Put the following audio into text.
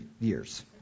years